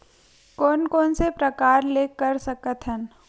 कोन कोन से प्रकार ले कर सकत हन?